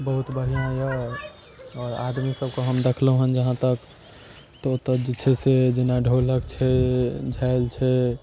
बहुत बढ़िऑं यऽ आदमी सबके हम देखलहुॅं हन जहाँ तक तऽ ओतऽ जे छै से जेना ढोलक छै झालि छै